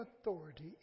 authority